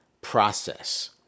process